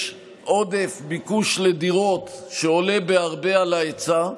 יש עודף ביקוש לדירות שעולה בהרבה על ההיצע,